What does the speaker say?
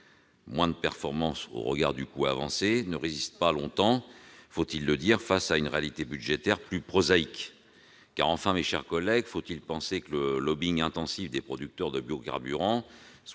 moindre performance au regard du coût avancé -ne résistent pas longtemps, il faut bien l'admettre, face à une réalité budgétaire plus prosaïque. Car enfin, mes chers collègues, faut-il penser que le lobbying intensif des producteurs de biocarburants